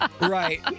right